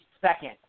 second